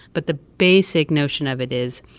but the basic notion of it is,